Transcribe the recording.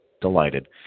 delighted